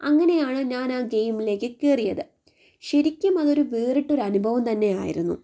അങ്ങനെയാണ് ഞാൻ ആ ഗെയിമിലേക്ക് കയറിയത് ശരിക്കും അതൊരു വേറിട്ട ഒരു അനുഭവം തന്നെയായിരുന്നു